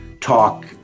talk